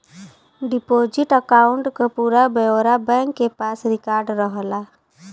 deposit account क पूरा ब्यौरा बैंक के पास रिकार्ड रहला